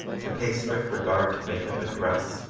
to pay strict regard to makeup and dress,